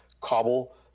cobble